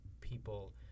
people